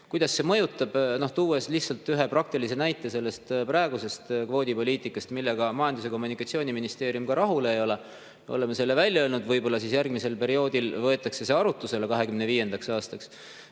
Kuidas see mõjutab? Toon lihtsalt ühe praktilise näite praegusest kvoodipoliitikast, millega Majandus- ja Kommunikatsiooniministeerium ka rahul ei ole – oleme selle välja öelnud. Võib-olla siis järgmisel perioodil võetakse see arutlusele, 2025. aastal.